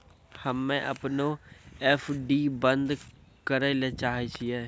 हम्मे अपनो एफ.डी बन्द करै ले चाहै छियै